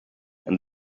and